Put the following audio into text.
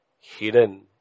hidden